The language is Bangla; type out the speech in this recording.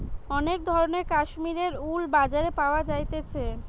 অনেক ধরণের কাশ্মীরের উল বাজারে পাওয়া যাইতেছে